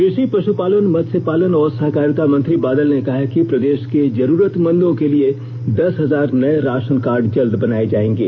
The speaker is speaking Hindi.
कृषि पशुपालन मत्स्य पालन और सहकारिता मंत्री बादल ने कहा है कि प्रदेश के जरूरतमंदों के लिए दस हजार नए राशन कार्ड जल्द बनाये जाएंगे